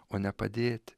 o ne padėt